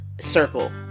circle